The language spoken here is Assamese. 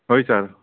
হয় ছাৰ